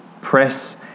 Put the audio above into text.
press